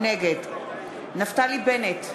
נגד נפתלי בנט,